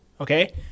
Okay